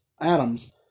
atoms